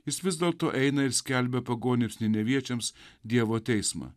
jis vis dėlto eina ir skelbia pagonims neneviečiams dievo teismą